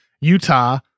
Utah